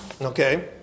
Okay